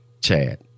Chad